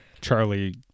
Charlie